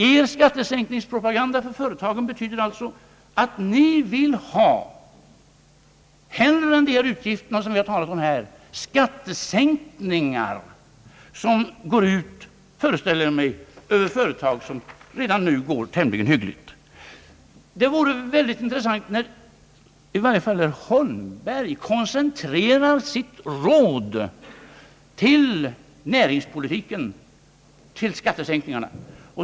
Er skattesänkningspropaganda för företagen betyder alltså att ni vill ha, hellre än de utgifter som vi här har talat om, skattesänkningar som — föreställer jag mig — kommer sådana företag till godo som redan nu går tämligen hyggligt. I varje fall herr Holmberg koncentrerar sitt råd när det gäller näringspolitiken på skattesänkningar.